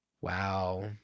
Wow